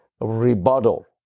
rebuttal